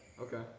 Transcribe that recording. Okay